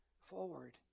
forward